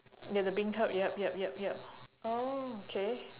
ya the beancurd yup yup yup yup oh K